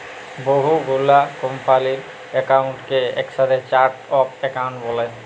বহু গুলা কম্পালির একাউন্টকে একসাথে চার্ট অফ একাউন্ট ব্যলে